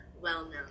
well-known